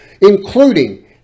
including